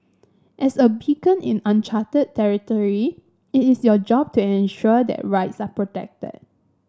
as a beacon in uncharted territory it is your job to ensure that rights are protected